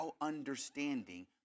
understanding